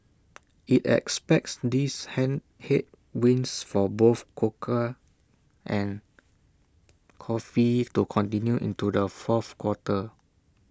but this figure includes the construction workforce where the ratio is one local for every Seven foreigners